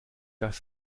das